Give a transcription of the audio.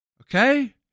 Okay